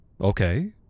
Okay